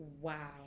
Wow